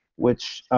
which